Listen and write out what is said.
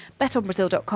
BetOnBrazil.com